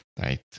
right